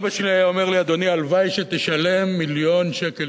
אני בא ממפלגה שנורא אוהבת מסים.